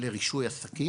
לרישוי עסקים?